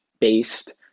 based